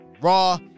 raw